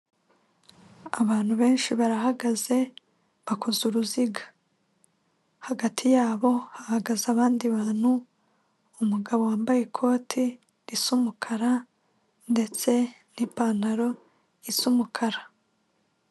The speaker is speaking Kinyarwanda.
Abantu benshi barahagaze bakoze uruziga hagati yabo hahagaze abandi bantu umugabo wambaye ikoti risa umukara ndetse n'ipantaro isa umukara.